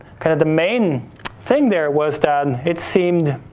kind of the main thing there was that and it seemed